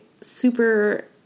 super